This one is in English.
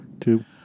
Two